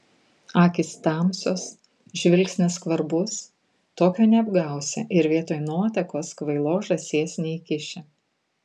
akys tamsios žvilgsnis skvarbus tokio neapgausi ir vietoj nuotakos kvailos žąsies neįkiši